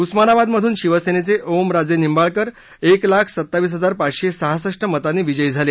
उस्मानाबाद मधून शिवसेनेचे ओम प्रकाश राजेनिंबाळकर एक लाख सत्तावीस हजार पाचशे सहासष्ट मतांनी विजयी झाले